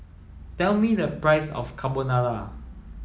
tell me the price of Carbonara